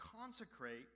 consecrate